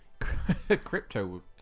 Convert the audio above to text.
Crypto